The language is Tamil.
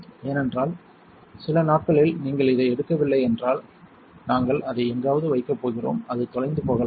ஏனென்றால் சில நாட்களில் நீங்கள் இதை எடுக்கவில்லை என்றால் நாங்கள் அதை எங்காவது வைக்கப் போகிறோம் அது தொலைந்து போகலாம்